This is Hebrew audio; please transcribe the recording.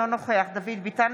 אינו נוכח דוד ביטן,